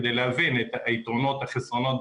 כדי להבין את היתרונות והחסרונות.